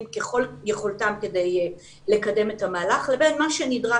ככל יכולתם כדי לקדם את המהלך לבין מה שנדרש.